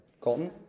Colton